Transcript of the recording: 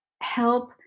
help